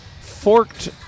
forked